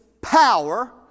power